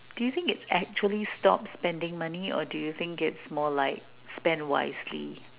do you think is actually stop spending money or do you think is more like spend wisely